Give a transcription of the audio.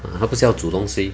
他不是要煮东西